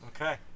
Okay